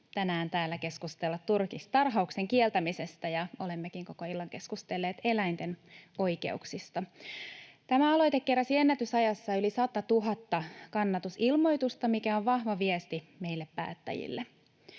tänään täällä keskustella turkistarhauksen kieltämisestä, ja olemmekin koko illan keskustelleet eläinten oikeuksista. Tämä aloite keräsi ennätysajassa yli 100 000 kannatusilmoitusta, mikä on vahva viesti meille päättäjille.